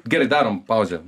gerai darom pauzę